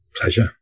Pleasure